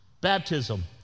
Baptism